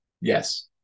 Yes